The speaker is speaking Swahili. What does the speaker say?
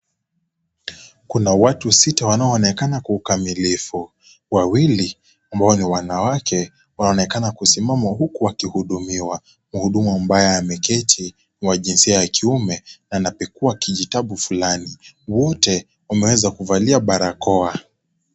Kuna watu sita wanao onekana kikamilifu wawili ambao ni wanawake wanaonekana kusimama huku wakihudumiwa mhudumu ambaye ameketi ni wa jinsia ya kiume anapikua kijitabu fulani wote wamevalia barakoa.